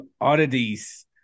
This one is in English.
oddities